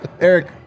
Eric